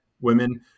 women